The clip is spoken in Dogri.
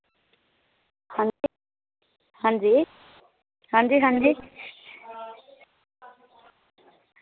हैलो आं जी आं जी आं जी